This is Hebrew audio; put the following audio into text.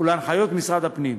ולהנחיות משרד הפנים.